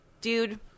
dude